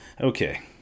Okay